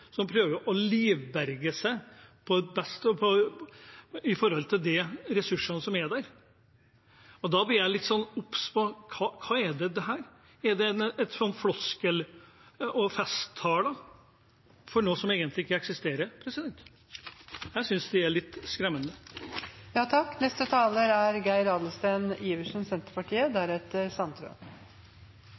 som prøver å livberge seg av de ressursene som er der. Da blir jeg litt obs på: Hva er dette? Er det en floskel, festtaler, noe som egentlig ikke eksisterer? Jeg synes det er litt skremmende. Jeg bor i Finnmark og vet at folk i Finnmark ikke skjønner at selv om man bor bare et spøtt fra det beste som er